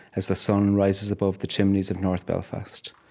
as the sun rises above the chimneys of north belfast.